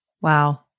Wow